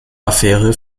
affäre